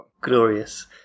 glorious